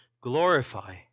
glorify